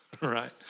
right